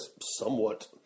somewhat